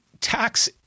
tax